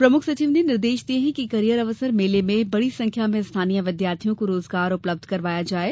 प्रमुख सचिव ने निर्देश दिये हैं कि कॅरियर अवसर मेले में बड़ी संख्या में स्थानीय विद्यार्थियों को रोजगार उपलब्ध करवायें